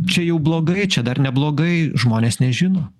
čia jau blogai čia dar neblogai žmonės nežino